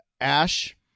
Ash